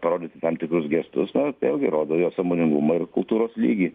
parodyti tam tikrus gestus o vėl gi rodo jo sąmoningumą ir kultūros lygį